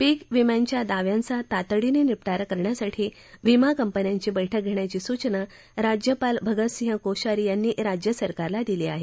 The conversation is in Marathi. पीक विम्यांच्या दाव्यांचा तातडीनं निपटारा करण्यासाठी विमा कंपन्यांची बैठक घेण्याची सुचना राज्यपाल भगतसिंह कोश्यारी यांनी राज्य सरकारला केली आहे